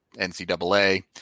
NCAA